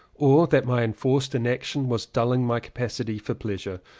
or that my enforced in action was dulling my capacity for pleasure?